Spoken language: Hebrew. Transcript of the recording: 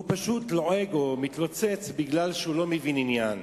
והוא פשוט לועג או מתלוצץ כי הוא לא מבין עניין,